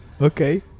Okay